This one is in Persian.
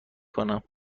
کنم